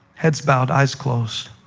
heads bowed, eyes closed,